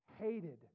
hated